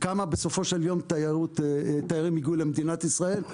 כמה בסופו של יום תיירים הגיעו למדינת ישראל.